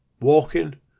walking